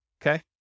Okay